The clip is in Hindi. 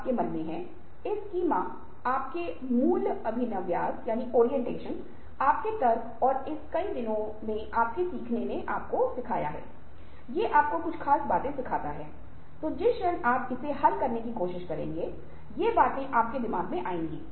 आप जीवन में जानते हैं अन्यथा यह संबंध भी बहुत मायने रखता है कि अगर यह एक निजी जीवन है पेशेवर जीवन है कोई भी रिश्ते के महत्व से इनकार नहीं कर सकता है कि हम दूसरों के साथ एक अच्छा रिश्ता बना रहे हैं यह समझाना आसान हो जाता है इसे कार्य को प्राप्त करना आसान हो जाता है लक्ष्य को प्राप्त करना आसान हो जाता है